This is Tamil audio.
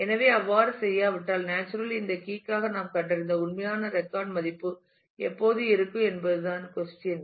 எனவே அவ்வாறு செய்யாவிட்டால் நேச்சுரலி இந்த கீ க்காக நாம் கண்டறிந்த உண்மையான ரெக்கார்ட் மதிப்பு எப்போது இருக்கும் என்பதுதான் கொஸ்டியன்